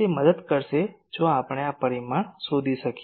તે મદદ કરશે જો આપણે આ પરિમાણ શોધી શકીએ